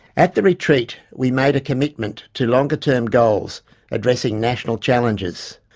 at the retreat we made a commitment to longer-term goals addressing national challenges.